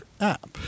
app